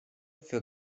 für